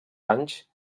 anys